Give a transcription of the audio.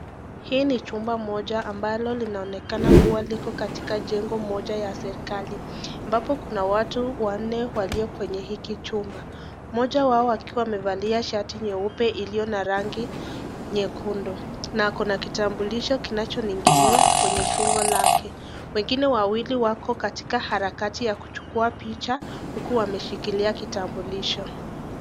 Hii ni chumba moja ambalo linonekana kua liko katika jengo moja la serikali. Ambapo kuna watu wanne walio kwenye hiki chumba. Mmoja wao akiwa amevalia shati nyeupe iliyo na rangi nyekundu. Na kuna kitambulisho kinacho ninginia kwa shingo lake. Wengine wawili wako katika harakati ya kupiga picha huku wameshikilia kitambulisho.